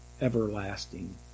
everlasting